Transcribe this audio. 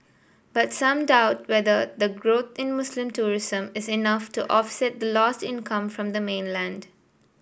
but some doubt whether the growth in Muslim tourism is enough to offset the lost income from the mainland